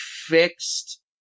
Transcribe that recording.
fixed